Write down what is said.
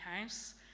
house